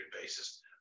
basis